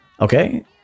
Okay